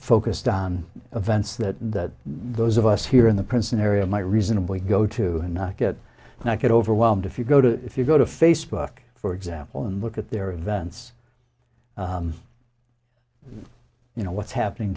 focused on events that that those of us here in the princeton area might reasonably go to not get not get overwhelmed if you go to if you go to facebook for example and look at their events you know what's happening